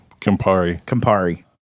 Campari